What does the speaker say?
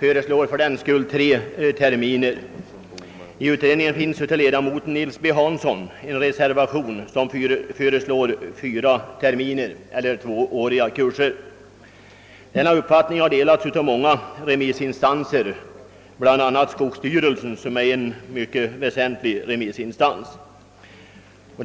föreslår att teknikerkursen skall omfatta tre terminer. En ledamot av kommittén, herr Nils B. Hansson, har avgivit en reservation vari han föreslår att kursen skall omfatta fyra terminer eller att den skall bli tvåårig. Denna uppfattning har delats av många remissinstanser, bl.a. av skogsstyrelsen som är en väsentlig remissinstans i detta avseende.